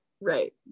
Right